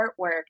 artwork